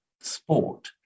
sport